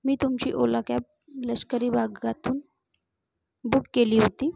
मी तुमची ओला कॅब लष्करी भागातून बुक केली होती